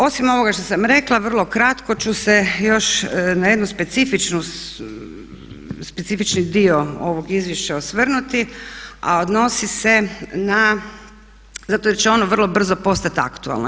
Osim ovoga što sam rekla, vrlo kratko ću se još na jednu specifični dio ovog izvješća osvrnuti a odnosi se na, zato jer će ono vrlo brzo postati aktualno.